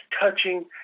touching